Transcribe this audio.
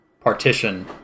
partition